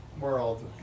world